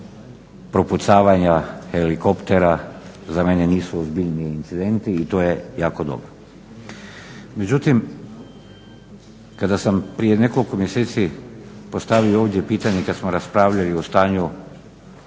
propucavanje helikoptera za mene nisu ozbiljniji incidenti i to je jako dobro. Međutim, kada sam prije nekoliko mjeseci postavio ovdje pitanje kad smo raspravljali o stanju